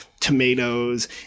Tomatoes